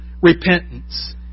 repentance